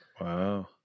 Wow